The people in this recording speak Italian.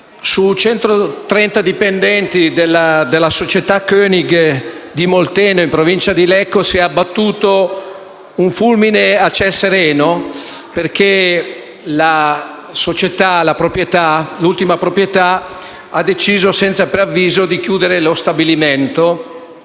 sui 130 dipendenti della società König di Molteno, in provincia di Lecco, si è abbattuto un fulmine a ciel sereno, perché l'ultima proprietà ha deciso senza preavviso di chiudere lo stabilimento.